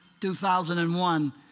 2001